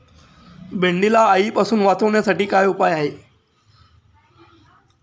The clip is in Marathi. भेंडीला अळीपासून वाचवण्यासाठी काय उपाय आहे?